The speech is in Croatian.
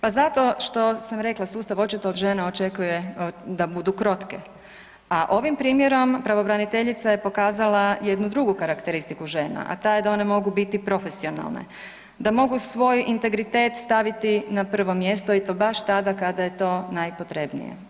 Pa zato što sam rekla, sustav očito od žena očekuje da budu krotke, a ovim primjerom pravobraniteljica je pokazala jednu drugu karakteristiku žena, a ta je da one mogu biti profesionalne, da mogu svoj integritet staviti na prvo mjesto i to baš tada kada je to najpotrebnije.